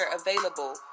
available